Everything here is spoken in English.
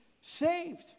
saved